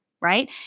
Right